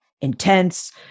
intense